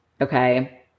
Okay